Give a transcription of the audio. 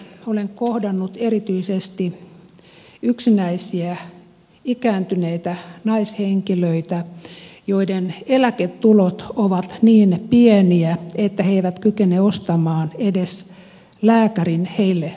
olen kohdannut erityisesti yksinäisiä ikääntyneitä naishenkilöitä joiden eläketulot ovat niin pieniä että he eivät kykene ostamaan edes lääkärin heille määräämiä lääkkeitä